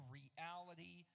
reality